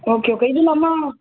okay okay இதுல்லாமல்